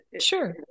sure